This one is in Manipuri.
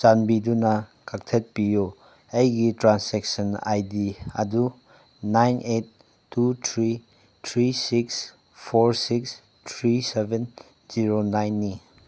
ꯆꯥꯟꯕꯤꯗꯨꯅ ꯀꯛꯊꯠꯄꯤꯌꯨ ꯑꯩꯒꯤ ꯇ꯭ꯔꯥꯟꯁꯦꯛꯁꯟ ꯑꯥꯏ ꯗꯤ ꯑꯗꯨ nine eight two three three six four six three seven zero ꯅꯥꯏꯟꯅꯤ